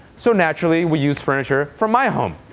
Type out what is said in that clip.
so naturally, we used furniture from my home.